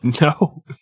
No